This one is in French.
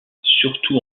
surtout